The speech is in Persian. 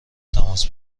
تماس